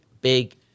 big